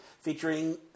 featuring